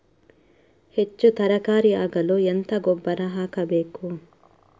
ಹೆಚ್ಚು ತರಕಾರಿ ಆಗಲು ಎಂತ ಗೊಬ್ಬರ ಹಾಕಬೇಕು?